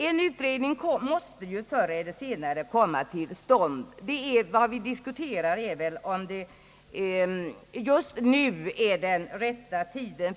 En utredning måste förr eller senare komma till stånd. Vad vi just nu diskuterar är tidpunkten därför.